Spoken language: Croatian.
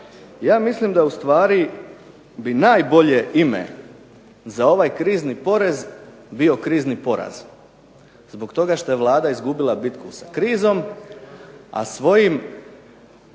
ja mislim da ustvari bi najbolje ime za ovaj krizni porez bio krizni poraz zbog toga što je Vlada izgubila bitku sa krizom, a svojim